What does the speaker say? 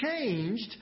changed